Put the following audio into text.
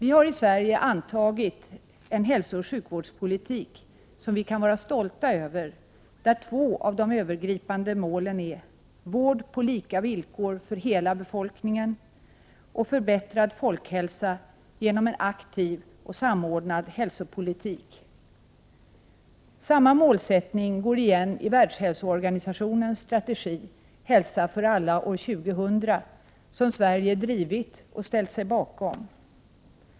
I Sverige har vi antagit en hälsooch sjukvårdspolitik som vi kan vara stolta över och där två av de övergripande målen är: vård på lika villkor för hela befolkningen och förbättrad folkhälsa genom en aktiv och samordnad hälsopolitik. Samma målsättning går igen i Världshälsoorganisationens strategi ”Hälsa för alla år 2000”, som Sverige har drivit och alltså också ställt sig bakom.